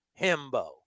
Himbo